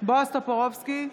בועז טופורובסקי,